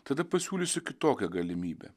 tada pasiūlysiu kitokią galimybę